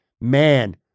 Man